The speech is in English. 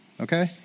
Okay